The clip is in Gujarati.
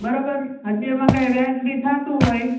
બરાબર હજી એમાં કાંઈ વ્યાજબી થતું હોય